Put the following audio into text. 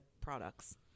products